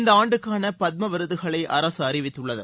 இந்த ஆண்டுக்கான பத்ம விருதுகளை அரசு அறிவித்துள்ளது